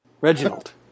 Reginald